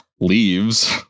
leaves